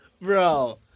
Bro